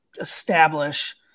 establish